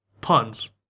puns